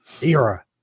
era